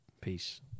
peace